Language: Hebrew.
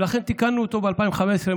ולכן תיקנו אותו ב-2015,